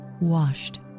washed